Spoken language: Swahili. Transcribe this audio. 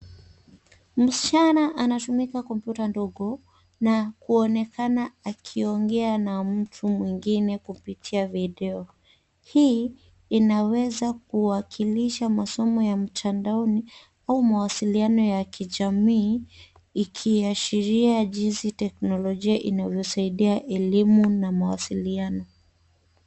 Msichana anatumika kompyuta ndogo na kuonekana akiongea na mtu mwingine kupitia video. Hii inaweza kuwakilisha masoma ya mtandaoni au mawasiliano ya kijamii ikiashiria jinsi teknolojia inavyosaida elimu na mawasiliano.